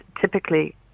typically